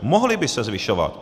Mohly by se zvyšovat.